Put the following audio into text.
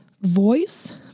voice